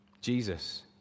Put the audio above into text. Jesus